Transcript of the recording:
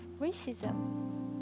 racism